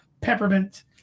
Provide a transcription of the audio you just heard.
peppermint